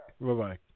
Bye-bye